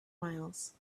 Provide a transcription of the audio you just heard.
miles